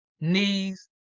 knees